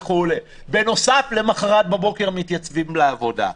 ובנוסף למחרת בבוקר מתייצבים לעבודה.